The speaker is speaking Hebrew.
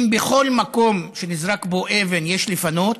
אם בכל מקום שנזרקת בו אבן יש לפנות